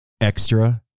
extra